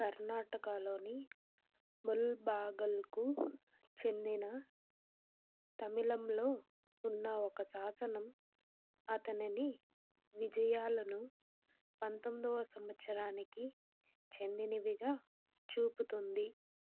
కర్నాటకలోని ముల్బాగల్కు చెందిన తమిళంలో ఉన్న ఒక శాసనం అతని విజయాలను పంతొమ్మిదవ సంవత్సరానికి చెందినవిగా చూపుతుంది